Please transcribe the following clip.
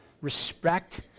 Respect